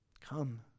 Come